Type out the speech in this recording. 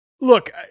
Look